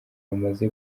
bamaze